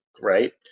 right